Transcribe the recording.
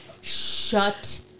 Shut